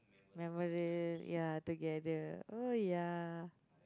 remember this ya together oh ya